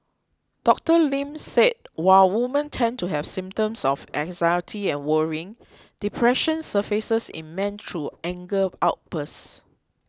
Doctor Lin said while women tend to have symptoms of anxiety and worrying depression surfaces in men through anger outbursts